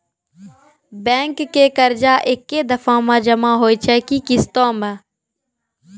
Bank के कर्जा ऐकै दफ़ा मे जमा होय छै कि किस्तो मे?